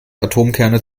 atomkerne